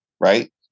right